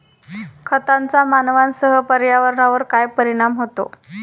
खतांचा मानवांसह पर्यावरणावर काय परिणाम होतो?